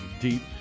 deep